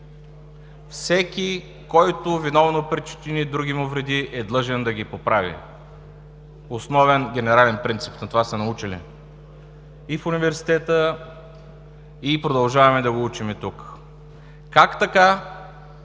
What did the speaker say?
Всеки, който виновно причини другиму вреди, е длъжен да ги поправи – основен генерален принцип. На това са ни учили в университета и продължаваме да го учим тук. Как така